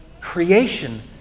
creation